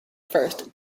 first